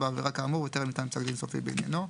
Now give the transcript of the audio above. לעניין חבר המנוי בסעיף 8א(א)(1)